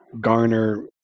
garner